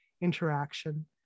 interaction